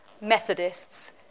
Methodists